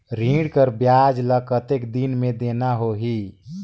ऋण कर ब्याज ला कतेक दिन मे देना होही?